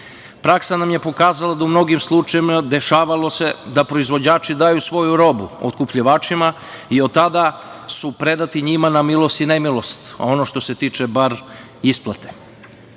Praksa nam je pokazala da se u mnogim slučajevima dešavalo da proizvođači daju svoju robu otkupljivačima i od tada su predati njima na milost i nemilost, što se tiče isplate.